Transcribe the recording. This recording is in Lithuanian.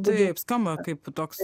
taip skamba kaip toks